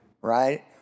Right